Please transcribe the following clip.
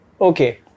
okay